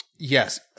Yes